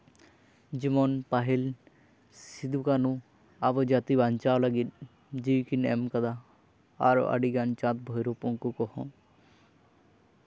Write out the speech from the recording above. ᱡᱮᱢᱚᱱ ᱯᱟᱹᱦᱤᱞ ᱥᱤᱫᱩ ᱠᱟᱹᱱᱩ ᱟᱵᱚ ᱡᱟᱹᱛᱤ ᱵᱟᱧᱪᱟᱣ ᱞᱟᱹᱜᱤᱫ ᱡᱤᱣᱤ ᱠᱤᱱ ᱮᱢ ᱠᱟᱫᱟ ᱟᱨᱚ ᱟᱹᱰᱤᱜᱟᱱ ᱪᱟᱸᱫᱽ ᱵᱷᱟᱭᱨᱳ ᱩᱱᱠᱩ ᱠᱚᱦᱚᱸ